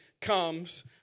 comes